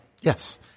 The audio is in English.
Yes